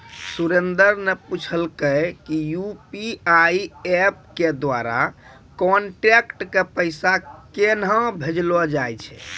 सुरेन्द्र न पूछलकै कि यू.पी.आई एप्प के द्वारा कांटैक्ट क पैसा केन्हा भेजलो जाय छै